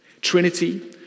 Trinity